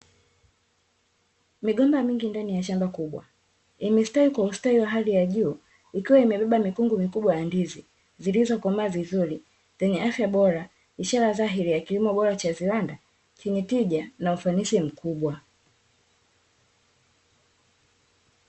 Migomba mingi ndani ya shamba kubwa, imestawi kwa ustawi wa hali ya juu, ikiwa imebeba mikungu mikubwa ya ndizi. Zilizokomaa vizuri, zenye afya bora, ishara dhahiri ya kilimo bora cha viwanda, chenye tija na ufanisi mkubwa.